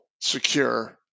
secure